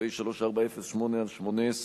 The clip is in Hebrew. פ/3408/18,